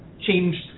changed